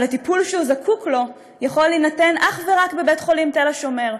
אבל הטיפול שהוא זקוק לו יכול להינתן אך ורק בבית-חולים תל-השומר.